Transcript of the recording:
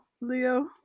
Leo